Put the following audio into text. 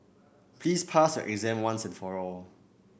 please pass your exam once and for all